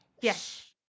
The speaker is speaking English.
Yes